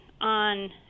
on